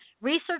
Research